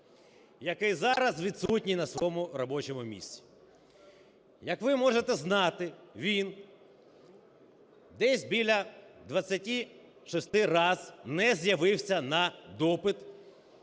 який зараз відсутній на своєму робочому місці. Як ви можете знати, він десь біля 26 раз не з'явився на допит